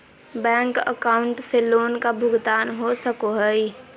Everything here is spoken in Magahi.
बैंक अकाउंट से लोन का भुगतान हो सको हई?